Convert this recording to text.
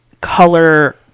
color